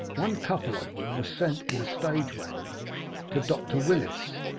one couple of them were sent in a stage-waggon to dr. willis,